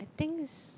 things